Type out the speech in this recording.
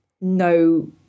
no